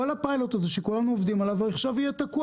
כל הפיילוט הזה שכולנו עובדים עליו יהיה תקוע